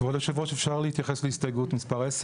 כבוד יושב הראש, אפשר להתייחס להסתייגות מספר 10?